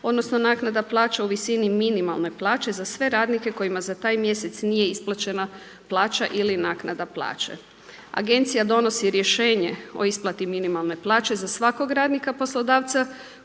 odnosno naknada plaća u visini minimalne plaže za sve radnike kojima za taj mjesec nije isplaćena plaća ili naknada plaće. Agencija donosi rješenje o isplati minimalne plaće za svakog radnika poslodavca